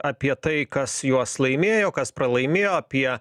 apie tai kas juos laimėjo kas pralaimėjo apie